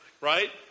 right